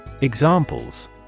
Examples